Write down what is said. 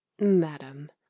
madam